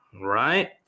Right